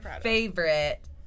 favorite